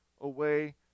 away